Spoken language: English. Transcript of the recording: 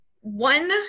one